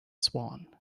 swan